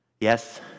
Yes